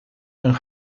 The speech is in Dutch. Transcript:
een